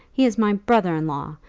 he is my brother-in-law,